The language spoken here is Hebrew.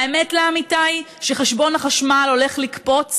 האמת לאמיתה היא שחשבון החשמל הולך לקפוץ